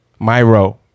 Myro